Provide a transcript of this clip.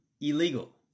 illegal